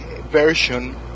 version